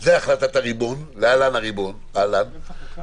זו החלטת הריבון (להלן הריבון אהלן)